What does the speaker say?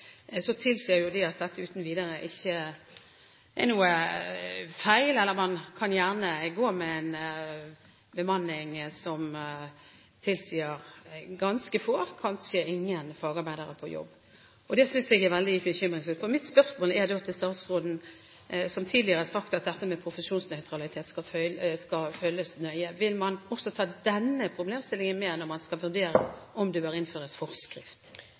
så regjeringen gjennom Samhandlingsreformen også innførte profesjonsnøytralitet, tilsier det at dette ikke uten videre er feil, at man gjerne kan ha en bemanning som tilsier ganske få, kanskje ingen, fagarbeidere på jobb. Det synes jeg er veldig bekymringsfullt. Mitt spørsmål til statsråden, som tidligere har sagt at dette med profesjonsnøytralitet skal følges nøye, er da: Vil man også ta med denne problemstillingen når man skal vurdere om det bør innføres forskrift?